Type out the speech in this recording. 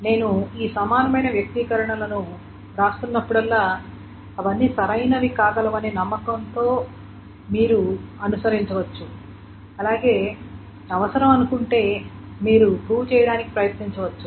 నేను ఈ సమానమైన వ్యక్తీకరణలను వ్రాస్తున్నప్పుడల్లా అవన్నీ సరైనవి కాగలవని నమ్మకం తో మీరు అనుసరించవచ్చు అలాగే అవసరం అనుకుంటే మీరు ప్రూవ్ చేయటానికి ప్రయత్నించవచ్చు